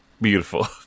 Beautiful